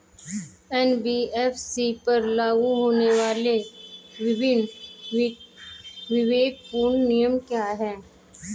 NBFC पर लागू होने वाले विभिन्न विवेकपूर्ण नियम क्या हैं?